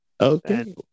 Okay